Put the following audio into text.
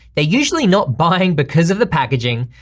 they're usually not buying because of the packaging,